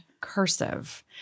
cursive